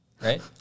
right